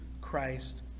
Christ